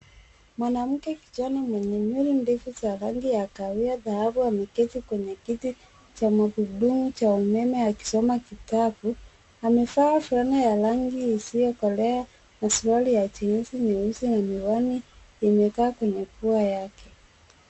Mwanamke kijana mwenye nywele ndefu za rangi ya kahawia dhahabu ameketi kwenye kiti cha magurudumu cha umeme akisoma kitabu. Amevaa fulana ya rangi isiyokolea na suruali ya jinsi nyeusi na miwani imekaa kwenye pua yake.